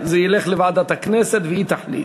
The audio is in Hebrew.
זה ילך לוועדת הכנסת והיא תחליט.